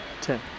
ten